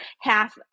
half